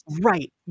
Right